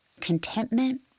contentment